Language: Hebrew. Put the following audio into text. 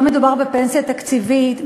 לא מדובר בפנסיה תקציבית,